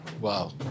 Wow